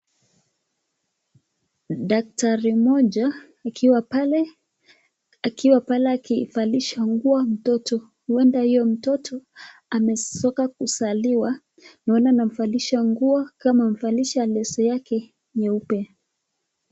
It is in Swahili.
Daktari mmoja akiwa pale akivalisha nguo mtoto , huenda huyo mtoto ametoka kuzaliwa naona anamvalisha nguo kama amemvalisha leso yake nyeupe.